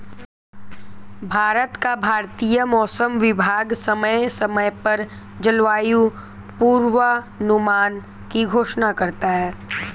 भारत का भारतीय मौसम विभाग समय समय पर जलवायु पूर्वानुमान की घोषणा करता है